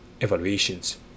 evaluations